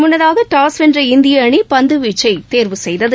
முன்னதாக டாஸ் வென்ற இந்திய அணி பந்துவீச்சை தோ்வு செய்தது